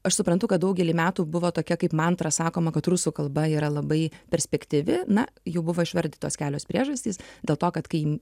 aš suprantu kad daugelį metų buvo tokia kaip mantra sakoma kad rusų kalba yra labai perspektyvi na jau buvo išvardytos kelios priežastys dėl to kad kai